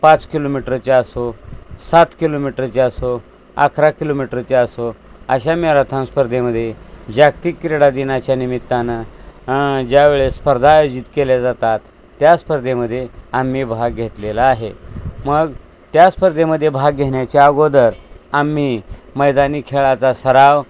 पाच किलोमीटरचे असो सात किलोमीटरचे असो अकरा किलोमीटरचे असो अशा मॅरथॉन स्पर्धेमध्ये जागतिक क्रीडा दिनाच्या निमित्तानं ज्यावेळेस स्पर्धा आयोजित केल्या जातात त्या स्पर्धेमध्ये आम्ही भाग घेतलेला आहे मग त्या स्पर्धेमध्ये भाग घेण्याच्या अगोदर आम्ही मैदानी खेळाचा सराव